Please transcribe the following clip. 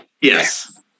Yes